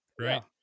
right